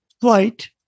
flight